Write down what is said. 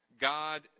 God